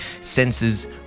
senses